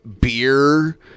beer